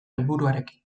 helburuarekin